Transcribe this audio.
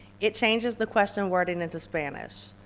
it changes the question wording into spanish.